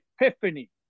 epiphany